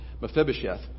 Mephibosheth